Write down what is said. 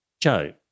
Joe